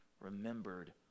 remembered